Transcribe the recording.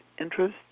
interest